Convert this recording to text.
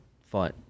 fight